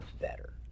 better